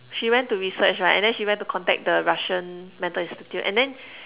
she went to research right and then she went to contact the Russian mental institute and then